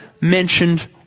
mentioned